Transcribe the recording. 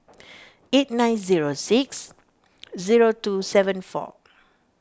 eight nine zero six zero two seven four